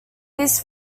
these